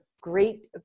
great